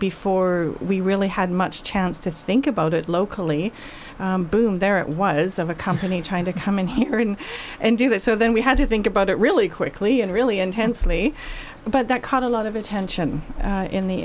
before we really had much chance to think about it locally boom there it was of a company trying to come in here in and do that so then we had to think about it really quickly and really intensely but that caught a lot of attention in the